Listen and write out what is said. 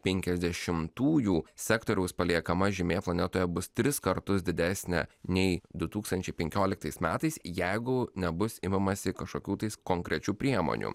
penkiasdešimtųjų sektoriaus paliekama žymė planetoje bus tris kartus didesnė nei du tūkstančiai penkioliktais metais jeigu nebus imamasi kažkokių tais konkrečių priemonių